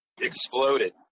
exploded